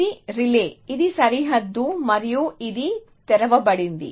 ఇది రిలే ఇది సరిహద్దు మరియు ఇది తెరవబడింది